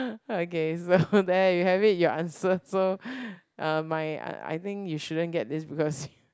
okay so there you have it your answer so uh my I I think you shouldn't get this because